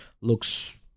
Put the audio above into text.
looks